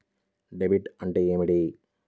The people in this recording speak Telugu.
డెబిట్ అంటే ఏమిటి?